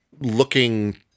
looking